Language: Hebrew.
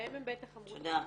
להם הם בטח אמרו שזה חסוי.